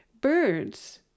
Birds